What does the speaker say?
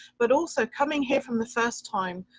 but also coming here from the first time.